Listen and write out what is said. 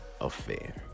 affair